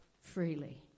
freely